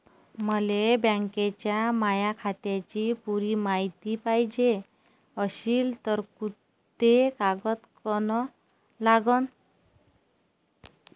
मले बँकेच्या माया खात्याची पुरी मायती पायजे अशील तर कुंते कागद अन लागन?